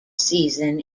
season